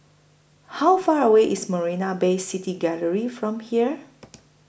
How Far away IS Marina Bay City Gallery from here